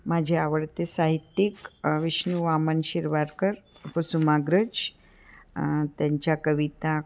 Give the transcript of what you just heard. माझे आवडते साहित्यिक विष्णू वामन शिरवाडकर कुसुमाग्रज त्यांच्या कविता